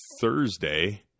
Thursday